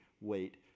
weight